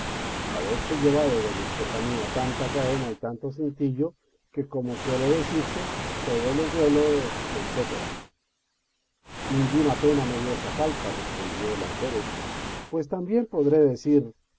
haberse llevado doña estefanía tanta cadena y tanto cintillo que como suele decirse todos los duelos etc ninguna pena me dio esa falta respondió el alférez pues también podré decir